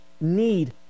need